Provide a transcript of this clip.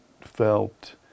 felt